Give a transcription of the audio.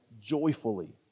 joyfully